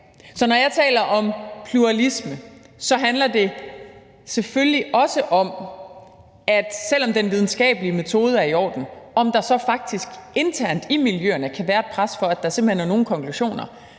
Så når jeg taler om pluralisme, handler det selvfølgelig også om, at selv om den videnskabelige metode er i orden, så kan der faktisk internt i miljøerne være et pres for, at der simpelt hen er nogle konklusioner,